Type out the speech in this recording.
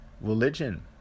Religion